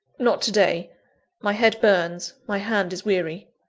not to-day my head burns, my hand is weary.